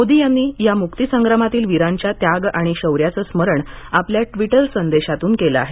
मोदी यांनी या मुक्ति संग्रामातील वीरांच्या त्याग आणि शौर्याचं स्मरण आपल्या ट्विटर संदेशातून केलं आहे